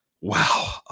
Wow